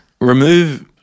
Remove